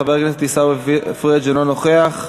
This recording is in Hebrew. חבר הכנסת עיסאווי פריג' אינו נוכח.